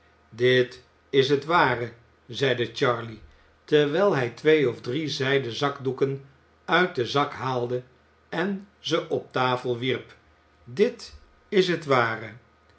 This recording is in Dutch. dit is het ware zeide charley terwijl hij twee of drie zijden zakdoeken uit den zak haalde en ze op tafel wierp dit is het ware